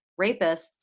rapists